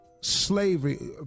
slavery